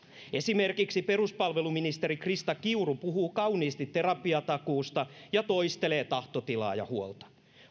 esimerkiksi peruspalveluministeri krista kiuru puhuu kauniisti terapiatakuusta ja toistelee tahtotilaa ja huolta